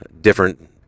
different